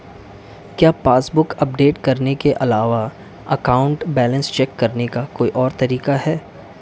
क्या passbook update करने के अलावा अकाउंट बैलेंस चेक करने का कोई और तरीका है?